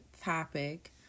topic